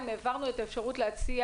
העברנו את האפשרות להציע